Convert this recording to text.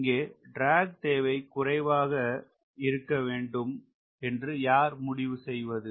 இங்கே ட்ராக் தேவை குறைவாக இருக்க வேண்டும் என்று யார் முடிவு செய்வது